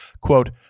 Quote